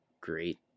great